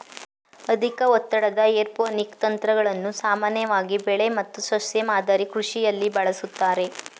ಅಧಿಕ ಒತ್ತಡದ ಏರೋಪೋನಿಕ್ ತಂತ್ರಗಳನ್ನು ಸಾಮಾನ್ಯವಾಗಿ ಬೆಳೆ ಮತ್ತು ಸಸ್ಯ ಮಾದರಿ ಕೃಷಿಲಿ ಬಳಸ್ತಾರೆ